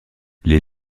les